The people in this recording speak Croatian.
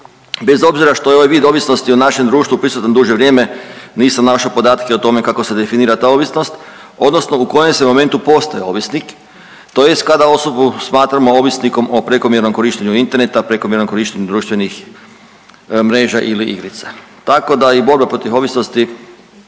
Bez obzira što je ovaj vid ovisnosti u našem društvu prisutan duže vrijeme nisam našao podatke o tome kako se definira ta ovisnost odnosno u kojem se momentu postaje ovisnik tj. kada osobu smatramo ovisnikom o prekomjernom korištenju interneta, prekomjernom korištenju društvenih mreža ili igrica. Tako da i borba protiv ovisnosti,